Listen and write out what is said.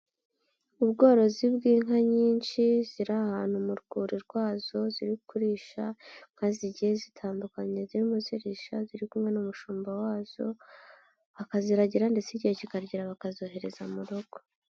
Ubworozi bw'inka nyinshi ziri ahantu mu rwuri rwazo ziri kurisha , inka zigiye zitandukanye zirimo zirisha, ziri kumwe n'umushumba wazo akaziragira ndetse igihe kikagera bakazohereza mu rugo.